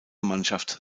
mannschaft